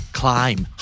climb